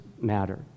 matter